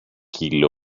kilo